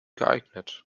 geeignet